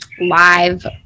live